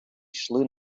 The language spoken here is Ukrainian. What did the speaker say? йшли